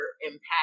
impact